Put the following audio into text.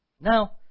Now